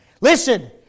Listen